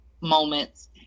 moments